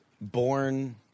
born